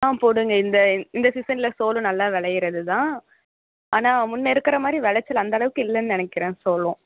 ஆ போடுங்க இந்த இந்த சீசனில் சோளம் நல்லா விளையிறது தான் ஆனால் முன்ன இருக்கிற மாதிரி விளச்சல் அந்த அளவுக்கு இல்லைன்னு நினைக்கிறேன் சோளம்